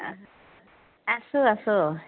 আছোঁ আছোঁ